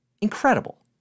incredible